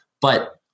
But-